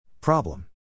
Problem